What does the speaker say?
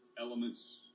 elements